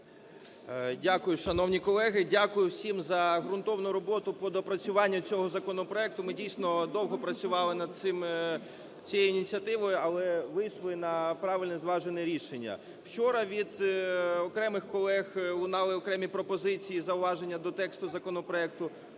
Дякую, шановні колеги. Дякую всім за ґрунтовну роботу по доопрацюванню цього законопроекту. Ми, дійсно, довго працювали над цією ініціативою, але вийшли на правильне, зважене рішення. Вчора від окремих колег лунали окремі пропозиції, зауваження до тексту законопроекту,